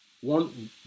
One